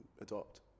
adopt